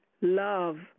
love